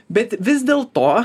bet vis dėl to